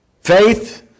Faith